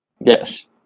Yes